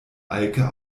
alke